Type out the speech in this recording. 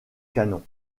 canons